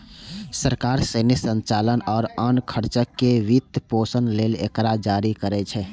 सरकार सैन्य संचालन आ आन खर्चक वित्तपोषण लेल एकरा जारी करै छै